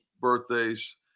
birthdays